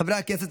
חברי הכנסת,